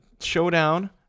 showdown